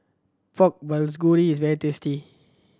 Pork Bulgogi is very tasty